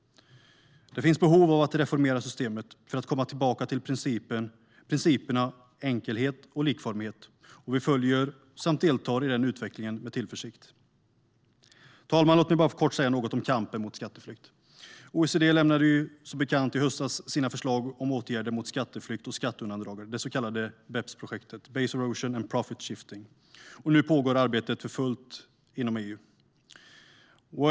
Det finns behov av att reformera systemet för att komma tillbaka till principerna enkelhet och likformighet, och vi följer samt deltar i den utvecklingen med tillförsikt. Herr talman! Låt mig bara kort säga något om kampen mot skatteflykt. OECD lämnade i höstas som bekant sina förslag till åtgärder mot skatteflykt och skatteundandragande, det så kallade BEPS-projektet - base erosion and profit shifting. Nu pågår arbetet för fullt inom EU.